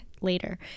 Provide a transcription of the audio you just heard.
Later